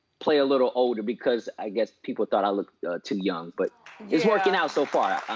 play a little older because i guess people thought i looked too young but it's working out so far,